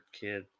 kid